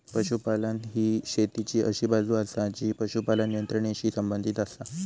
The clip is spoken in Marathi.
पशुपालन ही शेतीची अशी बाजू आसा जी पशुपालन यंत्रणेशी संबंधित आसा